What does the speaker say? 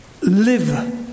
live